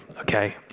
okay